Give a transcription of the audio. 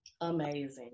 Amazing